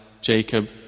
Jacob